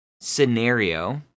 scenario